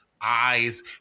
eyes